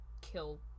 kill